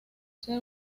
ser